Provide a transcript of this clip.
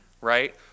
right